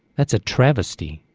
that's a travesty.